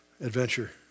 adventure